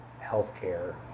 healthcare